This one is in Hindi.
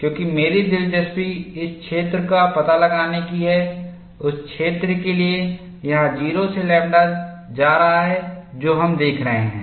क्योंकि मेरी दिलचस्पी इस क्षेत्र का पता लगाने की है उस क्षेत्र के लिए यह 0 से लैम्ब्डा जा रहा है और जो हम देख रहे हैं